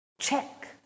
check